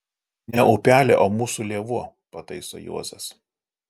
ne upelė o mūsų lėvuo pataiso juozas